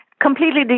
Completely